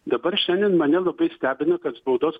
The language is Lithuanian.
dabar šiandien mane labai stebina kad spaudos